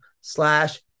slash